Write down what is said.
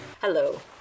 Hello